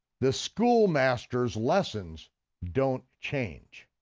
the schoolmaster's lessons don't change.